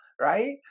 right